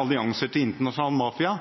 allianser til internasjonal mafia,